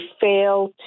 fail